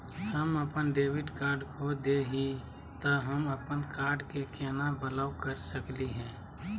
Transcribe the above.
हम अपन debit card खो दे ही, त हम अप्पन कार्ड के केना ब्लॉक कर सकली हे?